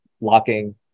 locking